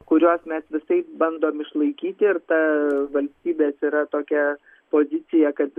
kuriuos mes visaip bandom išlaikyti ir ta valstybės yra tokia pozicija kad